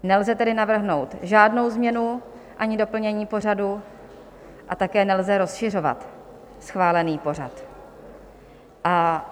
Nelze tedy navrhnout žádnou změnu ani doplnění pořadu a také nelze rozšiřovat schválený pořad.